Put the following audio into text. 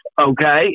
okay